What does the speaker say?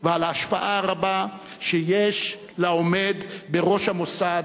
ועל ההשפעה הרבה שיש לעומד בראש המוסד,